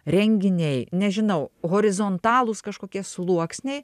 renginiai nežinau horizontalūs kažkokie sluoksniai